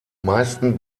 meisten